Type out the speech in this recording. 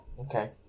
Okay